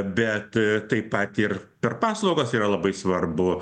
bet taip pat ir per paslaugas yra labai svarbu